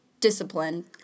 discipline